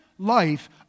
Life